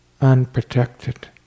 unprotected